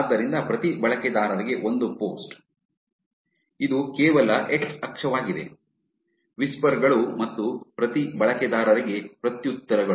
ಆದ್ದರಿಂದ ಪ್ರತಿ ಬಳಕೆದಾರರಿಗೆ ಒಂದು ಪೋಸ್ಟ್ ಇದು ಕೇವಲ ಎಕ್ಸ್ ಅಕ್ಷವಾಗಿದೆ ವಿಸ್ಪರ್ ಗಳು ಮತ್ತು ಪ್ರತಿ ಬಳಕೆದಾರರಿಗೆ ಪ್ರತ್ಯುತ್ತರಗಳು